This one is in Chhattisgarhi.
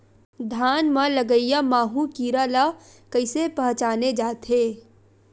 धान म लगईया माहु कीरा ल कइसे पहचाने जाथे?